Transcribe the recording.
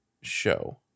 show